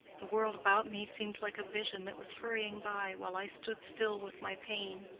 the world about me seemed like a vision that was hurrying by while i stood still with my pain.